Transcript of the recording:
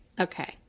Okay